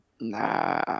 Nah